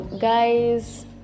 guys